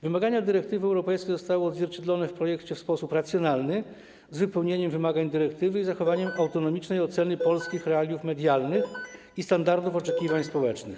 Wymagania dyrektywy europejskiej zostały odzwierciedlone w projekcie w sposób racjonalny, z wypełnieniem wymagań dyrektywy i zachowaniem autonomicznej oceny polskich realiów medialnych i standardów oczekiwań społecznych.